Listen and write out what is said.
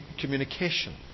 communication